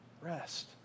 rest